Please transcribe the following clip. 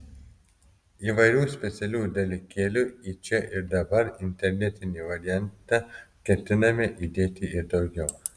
įvairių specialių dalykėlių į čia ir dabar internetinį variantą ketiname įdėti ir daugiau